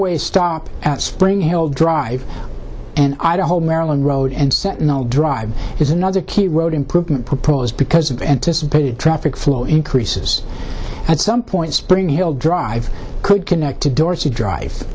way stop at spring hill drive and idaho maryland road and sentinel drive is another key road improvement proposed because of anticipated traffic flow increases at some point spring hill drive could connect to dorset drive